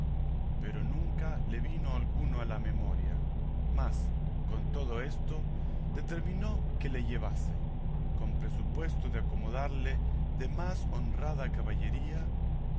pero nunca le vino alguno a la memoria mas con todo esto determinó que le llevase con presupuesto de acomodarle de más honrada caballería